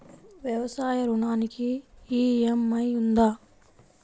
వ్యవసాయ ఋణానికి ఈ.ఎం.ఐ ఉందా?